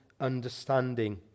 understanding